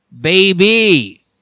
baby